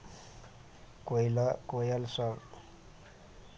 कोयलक कोयलसभ